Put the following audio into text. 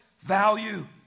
value